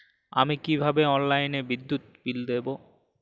আমি কিভাবে অনলাইনে বিদ্যুৎ বিল দেবো?